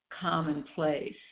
commonplace